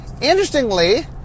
Interestingly